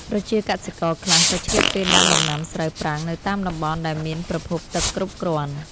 ប្រជាកសិករខ្លះក៏ឆ្លៀតពេលដាំដំណាំស្រូវប្រាំងនៅតាមតំបន់ដែលមានប្រភពទឹកគ្រប់គ្រាន់។